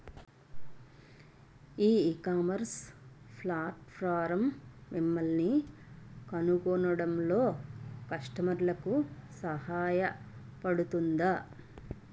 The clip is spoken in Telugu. ఈ ఇకామర్స్ ప్లాట్ఫారమ్ మిమ్మల్ని కనుగొనడంలో కస్టమర్లకు సహాయపడుతుందా?